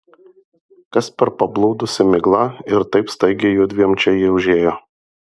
kas per pablūdusi migla ir taip staigiai judviem čia ji užėjo